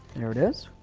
here it is.